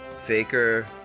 Faker